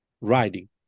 riding